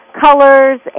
colors